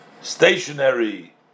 Stationary